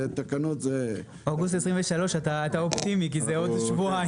תקנות זה --- אתה אופטימי כי אוגוסט 23' זה עוד שבועיים.